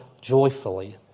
joyfully